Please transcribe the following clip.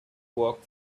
work